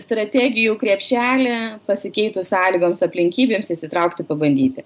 strategijų krepšelį pasikeitus sąlygoms aplinkybėms išsitraukti pabandyti